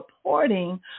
supporting